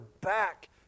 back